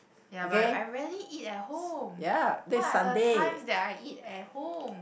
ya but I rarely eat at home what are the times that I eat at home